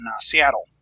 Seattle